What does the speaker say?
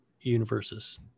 universes